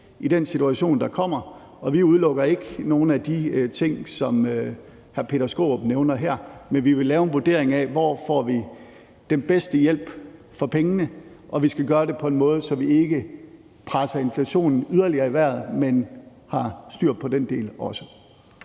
i den situation, der kommer. Vi udelukker ikke nogen af de ting, som hr. Peter Skaarup nævnte her, men vi vil lave en vurdering af, hvor vi får den bedste hjælp for pengene, og vi skal gøre det på en måde, så vi ikke presser inflationen yderligere i vejret, men også har styr på den del af